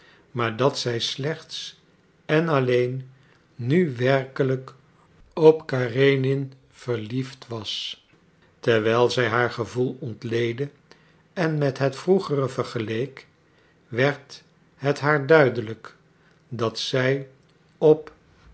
maar dat zij slechts en alleen nu werkelijk op karenin verliefd was terwijl zij haar gevoel ontleedde en met het vroegere vergeleek werd het haar duidelijk dat zij op